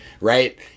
Right